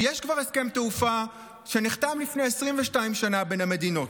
יש כבר הסכם תעופה שנחתם לפני 22 שנה בין המדינות,